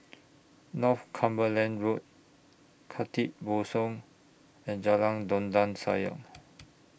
Northumberland Road Khatib Bongsu and Jalan Dondang Sayang